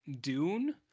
Dune